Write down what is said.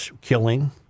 killing